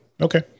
Okay